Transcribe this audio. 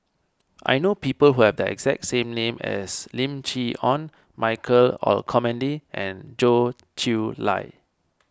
I know people who have the exact same name as Lim Chee Onn Michael Olcomendy and Goh Chiew Lye